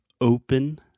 open